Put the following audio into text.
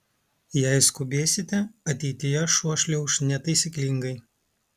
jei skubėsite ateityje šuo šliauš netaisyklingai